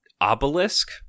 obelisk